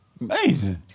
amazing